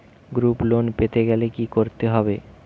Group loan পেতে গেলে কি করতে হবে?